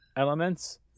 elements